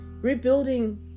Rebuilding